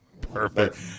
Perfect